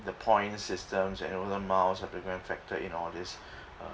the point systems and also miles have to go and factor in all this uh